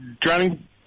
Drowning